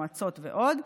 מועצות ועוד,